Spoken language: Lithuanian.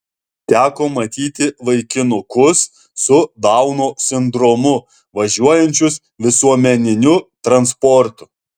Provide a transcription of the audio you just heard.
teko matyti vaikinukus su dauno sindromu važiuojančius visuomeniniu transportu